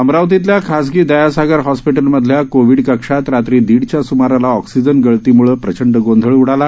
अमरावतीतल्या खाजगी दयासागर हॉस्पिटल मधल्या कोविड कक्षात रात्री दीडच्या सुमाराला ऑक्सिजन गळतीमुळं प्रचंड गोंधळ उडाला